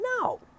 No